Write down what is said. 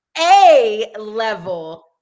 A-level